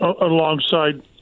alongside –